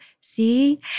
See